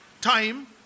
time